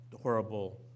horrible